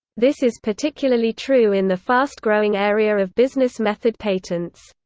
this is particularly true in the fast-growing area of business method patents.